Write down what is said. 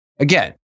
Again